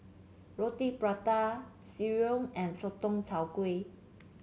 Roti Prata sireh and Sotong Char Kway